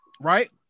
right